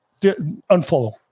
unfollow